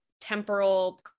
temporal